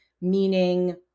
Meaning